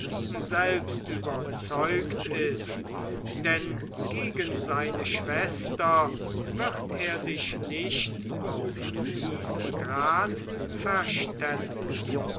selbst überzeugt ist denn gegen seine schwester wird er sich nicht auf diesen grad verstellen